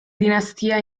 dinastia